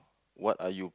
what are you